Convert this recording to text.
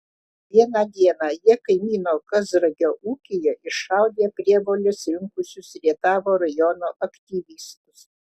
vieną dieną jie kaimyno kazragio ūkyje iššaudė prievoles rinkusius rietavo rajono aktyvistus